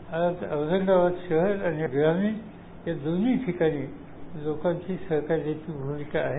आज औरंगाबाद शहर आणि ग्रामीण या दोन्ही ठिकाणी लोकांची सहकार्याची भूमिका आहे